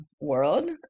world